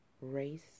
race